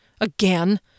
again